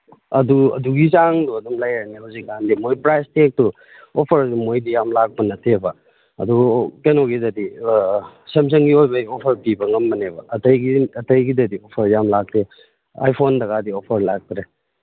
ꯑꯗꯨ ꯑꯗꯨꯒꯤ ꯆꯥꯡꯗꯨ ꯑꯗꯨꯝ ꯂꯩꯔꯅꯤ ꯍꯧꯖꯤꯛꯀꯥꯟꯗꯤ ꯃꯣꯏ ꯄ꯭ꯔꯥꯏꯁ ꯇꯦꯛꯁꯨ ꯑꯣꯐꯔ ꯃꯣꯏꯗꯤ ꯌꯥꯝ ꯂꯥꯛꯄ ꯅꯠꯇꯦꯕ ꯑꯗꯨ ꯀꯩꯅꯣꯒꯤꯗꯗꯤ ꯁꯝꯁꯪꯒꯤ ꯑꯣꯏꯕꯒꯤ ꯑꯣꯐꯔ ꯄꯤꯕ ꯉꯝꯕꯅꯦꯕ ꯑꯇꯩꯒꯤ ꯑꯇꯩꯒꯤꯗꯗꯤ ꯑꯣꯐꯔ ꯌꯥꯝ ꯂꯥꯛꯇꯦ ꯑꯥꯏ ꯐꯣꯟꯗꯀꯥꯗꯤ ꯑꯣꯐꯔ ꯂꯥꯛꯇꯔꯦ